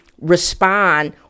respond